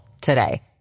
today